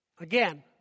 again